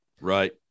right